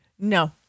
No